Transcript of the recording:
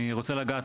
אני רוצה לגעת,